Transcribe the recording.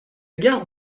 gare